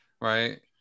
right